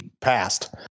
passed